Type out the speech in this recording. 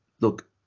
look